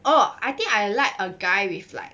oh I think I like a guy with like